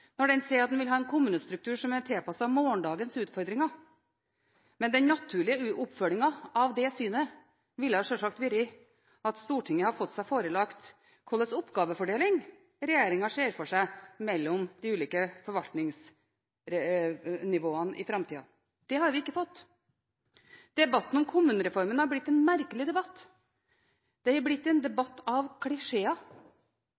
når den sier at den vil ha en kommunestruktur som er tilpasset morgendagens utfordringer, men den naturlige oppfølgingen av det synet ville sjølsagt ha vært at Stortinget hadde fått seg forelagt hva slags oppgavefordeling regjeringen ser for seg mellom de ulike forvaltningsnivåene i framtida. Det har vi ikke fått. Debatten om kommunereformen har blitt en merkelig debatt. Det har blitt en